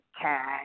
cat